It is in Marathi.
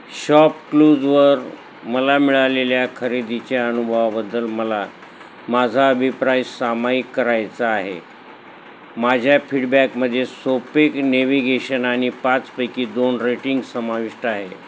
शॉपक्लूजवर मला मिळालेल्या खरेदीच्या अनुभवाबद्दल मला माझा अभिप्राय सामायिक करायचा आहे माझ्या फीडबॅकमध्ये सोपे नेविगेशन आणि पाचपैकी दोन रेटिंग समाविष्ट आहे